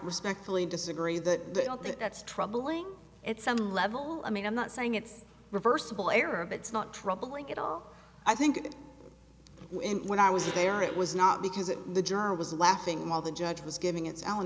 respectfully disagree that that's troubling at some level i mean i'm not saying it's reversible error but it's not troubling at all i think when i was there it was not because it the german was laughing while the judge was giving its allen